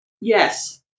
Yes